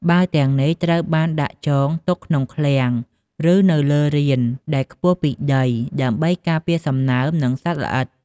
បាវទាំងនេះត្រូវបានដាក់ចង់ទុកក្នុងឃ្លាំង ឬនៅលើរានដែលខ្ពស់ពីដី ដើម្បីការពារពីសំណើម និងសត្វល្អិត។